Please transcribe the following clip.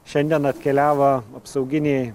šiandien atkeliavo apsauginiai